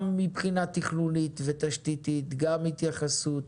גם מבחינה תכנונית ותשתית, גם התייחסות,